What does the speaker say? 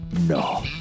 No